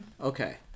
Okay